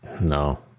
No